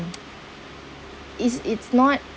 it's it's not